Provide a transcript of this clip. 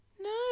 No